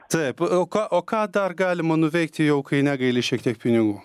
taip o ką o ką dar galima nuveikti jau kai negaili šiek tiek pinigų